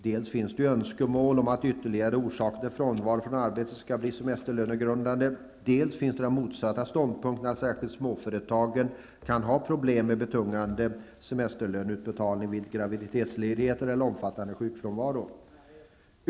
Dels finns det önskemål att ytterligare orsaker till frånvaro från arbetet skall bli semesterlönegrundande, dels finns den motsatta ståndpunkten att särskilt småföretagen kan ha problem med betungande semesterlöneutbetalning vid graviditetsledigheter eller omfattande sjukfrånvaro.